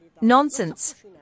Nonsense